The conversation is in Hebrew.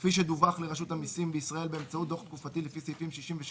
כפי שדווח לרשות המסים בישראל באמצעות דוח תקופתי לפי סעיפים 67